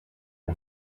and